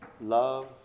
love